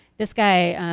this guy,